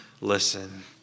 listen